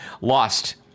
lost